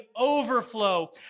overflow